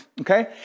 okay